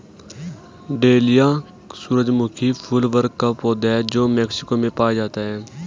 dahlia सूरजमुखी फूल वर्ग का पौधा है जो मेक्सिको में पाया जाता है